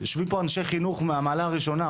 יושבים פה אנשי חינוך מהמעלה הראשונה.